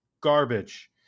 garbage